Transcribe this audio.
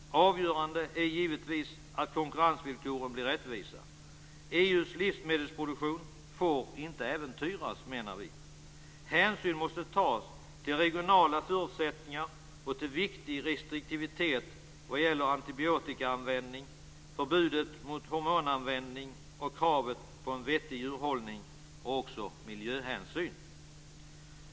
Avgörande är givetvis att konkurrensvillkoren blir rättvisa. Vi menar att EU:s livsmedelsproduktion inte får äventyras. Hänsyn måste tas till regionala förutsättningar och till viktig restriktivitet vad gäller antibiotikaanvändning, förbudet mot hormonanvändning och kravet på en vettig djurhållning och även miljöhänsyn.